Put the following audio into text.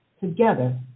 Together